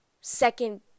second